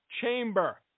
chamber